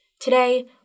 Today